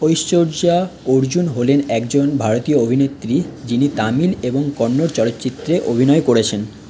ঐশ্বর্যা অর্জুন হলেন একজন ভারতীয় অভিনেত্রী যিনি তামিল এবং কন্নড় চলচ্চিত্রে অভিনয় করেছেন